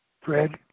Fred